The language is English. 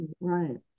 Right